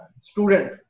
student